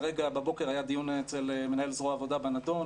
בבוקר היה דיון אצל מנהל זרוע העבודה בנדון,